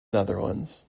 netherlands